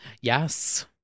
Yes